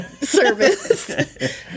service